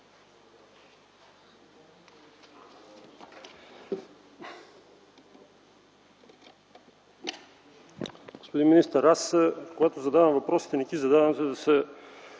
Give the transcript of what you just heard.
Господин министър, когато задавам въпросите, аз не ги задавам, за да се